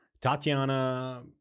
Tatiana